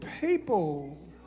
people